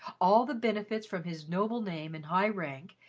all the benefits from his noble name and high rank,